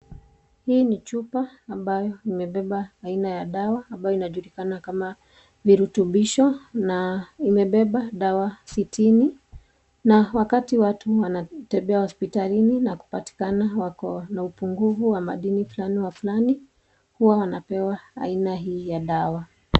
Hii ni chupa ambayo imebeba aina ya dawa, ambayo inajulikana kama, virutubisho na imebeba dawa sitini, na wakati watu wanatembea hospitalini na kupatikana wako na upungufu wa madini flani wa flani, huwa wanapewa aina hii ya dawa.